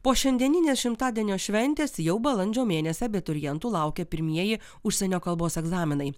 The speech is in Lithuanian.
po šiandieninės šimtadienio šventės jau balandžio mėnesį abiturientų laukia pirmieji užsienio kalbos egzaminai